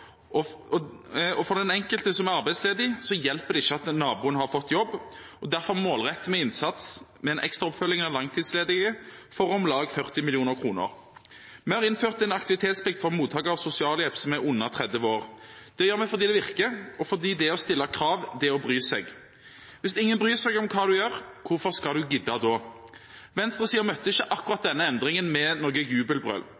For den enkelte som er arbeidsledig, hjelper det ikke at naboen har fått jobb. Derfor målretter vi innsatsen med en ekstra oppfølging av langtidsledige med om lag 40 mill. kr. Vi har innført aktivitetsplikt for mottakere av sosialhjelp som er under 30 år. Det gjør vi fordi det virker, og fordi det å stille krav er å bry seg. Hvis ingen bryr seg om hva en gjør, hvorfor skal en gidde da? Venstresiden møtte ikke